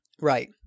Right